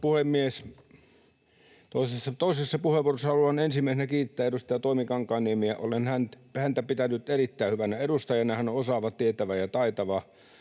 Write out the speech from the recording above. Toisessa puheenvuorossa haluan ensimmäisenä kiittää edustaja Toimi Kankaanniemeä. Olen häntä pitänyt erittäin hyvänä edustajana. Hän on osaava, tietävä ja taitava.